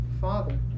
father